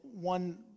one